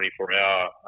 24-hour